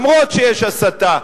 אפילו שיש הסתה,